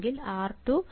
അല്ലെങ്കിൽ R2 R1